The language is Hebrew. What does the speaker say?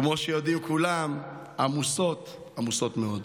כמו שיודעים כולם, עמוסות מאוד.